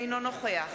אינו נוכח